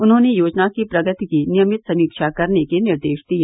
उन्होंने योजना की प्रगति की नियमित समीक्षा करने के निर्देश दिए